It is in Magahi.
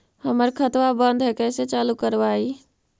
हमर खतवा बंद है कैसे चालु करवाई?